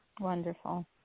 Wonderful